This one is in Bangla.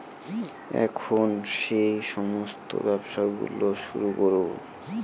এখন সেই সমস্ত ব্যবসা গুলো শুরু করবো